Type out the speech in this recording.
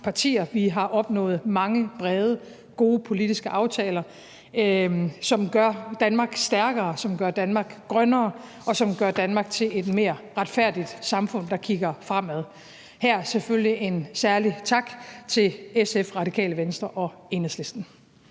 Vi har opnået mange brede, gode politiske aftaler, som gør Danmark stærkere, som gør Danmark grønnere, og som gør Danmark til et mere retfærdigt samfund, der kigger fremad – her selvfølgelig en særlig tak til SF, Radikale Venstre og Enhedslisten.